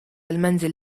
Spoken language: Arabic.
المنزل